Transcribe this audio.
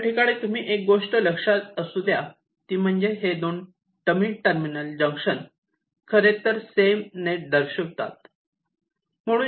याठिकाणी तुम्ही एक गोष्ट लक्षात असुद्या ती म्हणजे हे दोन डमी टर्मिनल जंक्शन खरेतर सेम नेट दर्शवितात